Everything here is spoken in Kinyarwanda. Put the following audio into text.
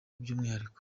by’umwihariko